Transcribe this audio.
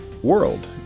world